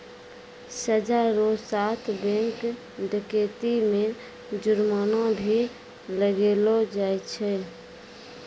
सजा रो साथ बैंक डकैती मे जुर्माना भी लगैलो जाय छै